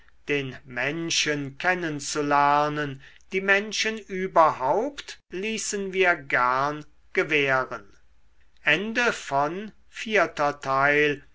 den menschen kennen zu lernen die menschen überhaupt ließen wir gern gewähren